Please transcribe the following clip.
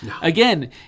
Again